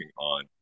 on